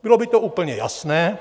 Bylo by to úplně jasné.